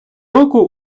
року